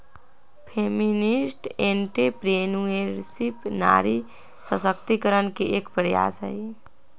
feminist entrepreneurship नारी सशक्तिकरण के एक प्रयास हई